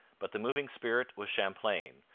but the moving spirit was champlain,